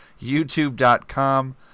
YouTube.com